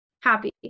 Happy